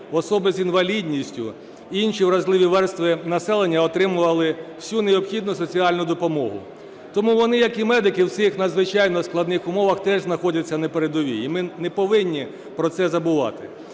особи з інвалідністю, інші вразливі верстви населення отримували всю необхідну соціальну допомогу. Тому вони, як і медики, у цих надзвичайно складних умовах теж знаходяться на передовій, і ми не повинні про це забувати.